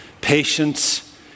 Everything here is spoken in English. patience